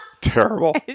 terrible